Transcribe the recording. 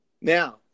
Now